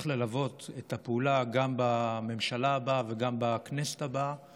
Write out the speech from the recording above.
ימשיכו ללוות את הפעולה גם בממשלה הבאה וגם בכנסת הבאה.